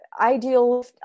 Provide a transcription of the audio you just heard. ideal